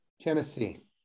Tennessee